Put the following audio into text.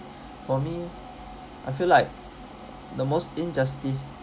for me I feel like the most injustice